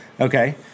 Okay